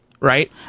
Right